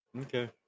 Okay